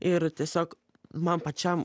ir tiesiog man pačiam